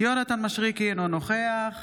יונתן מישרקי, אינו נוכח